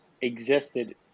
existed